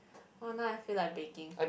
oh now I feel like baking